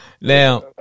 Now